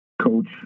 coach